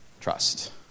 Trust